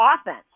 offense